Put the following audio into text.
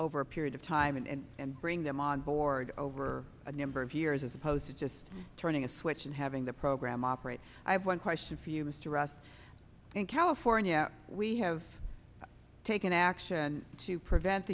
over a period of time and and bring them on board over a number of years as opposed to just turning a switch and having the program operate i have one question for you mr ross in california we have taken action to prevent